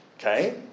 Okay